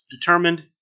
determined